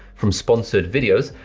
from sponsored videos,